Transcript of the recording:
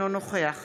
אינו נוכח